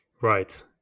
right